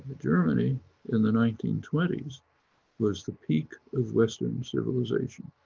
germany in the nineteen twenty s was the peak of western civilization.